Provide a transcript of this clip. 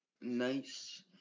nice